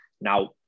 Now